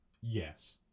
Yes